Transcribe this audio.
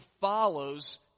follows